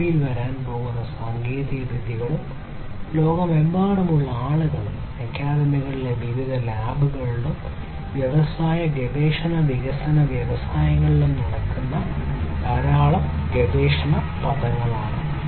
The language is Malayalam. ഭാവിയിൽ വരാൻ പോകുന്ന സാങ്കേതികവിദ്യകളും ലോകമെമ്പാടുമുള്ള ആളുകളും അക്കാദമിയിലെ വിവിധ ലാബുകളിലും വ്യവസായ ഗവേഷണ വികസന വ്യവസായങ്ങളിലും നടക്കുന്ന ധാരാളം ഗവേഷണ പദങ്ങളാണ്